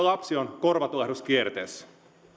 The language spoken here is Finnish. lapsi on korvatulehduskierteessä